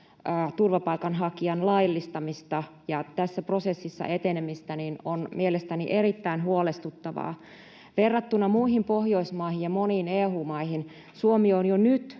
turvapaikanhakijan laillistamista ja tässä prosessissa etenemistä, on mielestäni erittäin huolestuttavaa. Verrattuna muihin Pohjoismaihin ja moniin EU-maihin Suomi on jo nyt